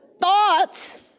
Thoughts